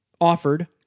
offered